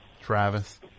Travis